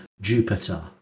Jupiter